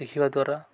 ଦେଖିବା ଦ୍ୱାରା